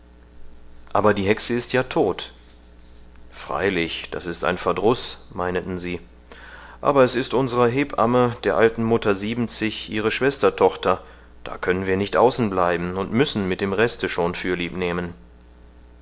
aber die hexe ist ja todt freilich das ist ein verdruß meineten sie aber es ist unserer hebamme der alten mutter siebenzig ihre schwestertochter da können wir nicht außen bleiben und müssen mit dem reste schon fürlieb nehmen